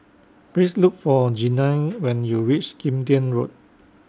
Please Look For Jeanine when YOU REACH Kim Tian Road